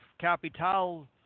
Capital